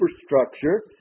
superstructure